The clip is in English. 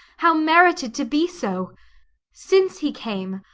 how merited to be so since he came,